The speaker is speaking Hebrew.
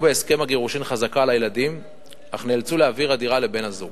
בהסכם הגירושין חזקה על הילדים אך נאלצו להעביר הדירה לבן-הזוג.